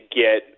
get